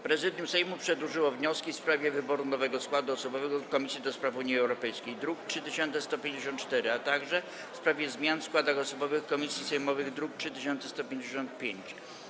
Prezydium Sejmu przedłożyło wnioski: w sprawie wyboru nowego składu osobowego Komisji do Spraw Unii Europejskiej, druk nr 3154, a także w sprawie zmian w składach osobowych komisji sejmowych, druk nr 3155.